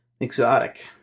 Exotic